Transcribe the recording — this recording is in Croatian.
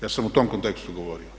Ja sam u tom kontekstu govorio.